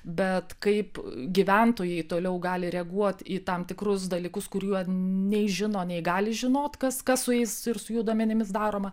bet kaip gyventojai toliau gali reaguot į tam tikrus dalykus kurių nei žino nei gali žinot kas kas su jais ir su jų duomenimis daroma